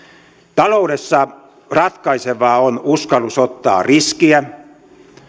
taloudessa ratkaisevaa on uskallus ottaa riskiä